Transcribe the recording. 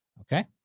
Okay